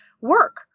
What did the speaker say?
work